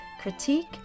critique